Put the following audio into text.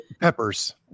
Peppers